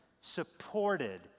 supported